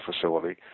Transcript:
facility